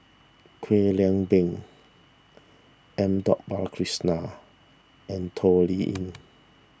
Kwek Leng Beng M Dot Balakrishnan and Toh Liying